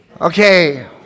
Okay